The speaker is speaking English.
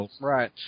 Right